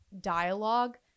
dialogue